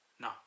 no